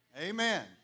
Amen